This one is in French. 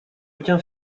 aucun